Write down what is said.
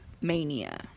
Mania